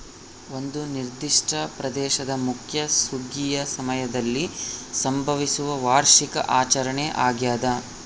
ಒಂದು ನಿರ್ದಿಷ್ಟ ಪ್ರದೇಶದ ಮುಖ್ಯ ಸುಗ್ಗಿಯ ಸಮಯದಲ್ಲಿ ಸಂಭವಿಸುವ ವಾರ್ಷಿಕ ಆಚರಣೆ ಆಗ್ಯಾದ